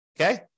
Okay